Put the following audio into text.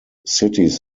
cities